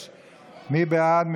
6. מי בעד?